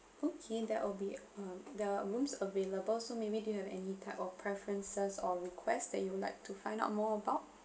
okay that will be uh the rooms available so maybe do you have any type of preferences or requests that you would like to find out more about